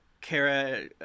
Kara